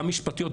גם משפטיות,